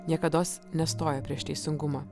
niekados nestojo prieš teisingumą